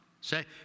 say